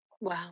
Wow